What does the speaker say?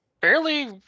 fairly